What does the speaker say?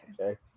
okay